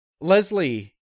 Leslie